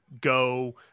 go